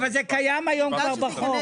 זה קיים כיום בחוק.